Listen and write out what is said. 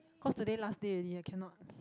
cause today last day already I cannot